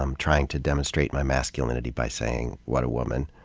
um trying to demonstrate my masculinity by saying, what a woman,